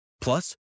Plus